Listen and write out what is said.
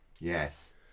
Yes